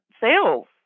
sales